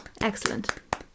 Excellent